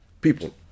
people